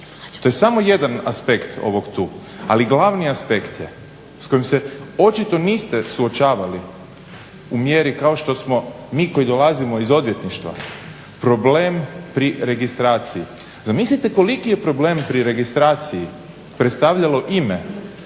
To je samo jedan aspekt ovog tu, ali glavni aspekt je s kojim se očito niste suočavali u mjeri kao što smo mi koji dolazimo iz odvjetništva, problem pri registraciji, zamislite koliki je problem pri registraciji predstavljalo ime